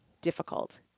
difficult